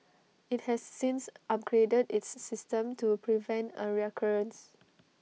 IT has since upgraded its system to prevent A recurrence